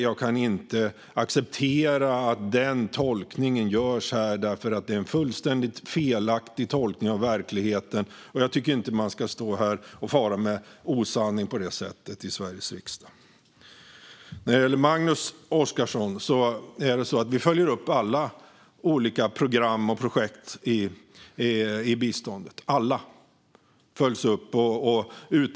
Jag kan inte acceptera att den tolkningen görs här, för det är en fullständigt felaktig tolkning av verkligheten. Jag tycker inte att man ska stå här och fara med osanning på det sättet i Sveriges riksdag. Till Magnus Oscarsson kan jag säga att vi följer upp och utvärderar alla olika program och projekt i biståndet.